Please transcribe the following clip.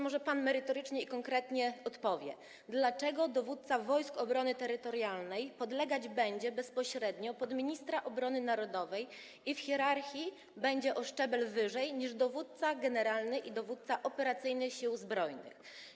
Może pan merytorycznie i konkretnie odpowie, dlaczego dowódca Wojsk Obrony Terytorialnej podlegać będzie bezpośrednio ministrowi obrony narodowej i w hierarchii będzie o szczebel wyżej niż dowódca generalny i dowódca operacyjny Sił Zbrojnych.